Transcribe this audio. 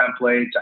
templates